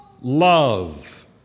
Love